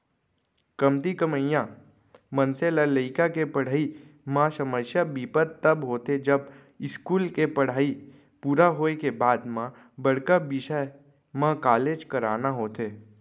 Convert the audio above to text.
कमती कमइया मनसे ल लइका के पड़हई म समस्या बिपत तब होथे जब इस्कूल के पड़हई पूरा होए के बाद म बड़का बिसय म कॉलेज कराना होथे